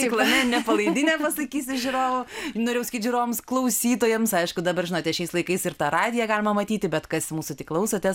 ciklameninę palaidinę pasakysiu žiūrovam norėjau sakyti žiūrovams klausytojams aišku dabar žinote šiais laikais ir tą radiją galima matyti bet kas mūsų tik klausotės